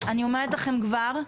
אני אומרת לכם כבר עכשיו,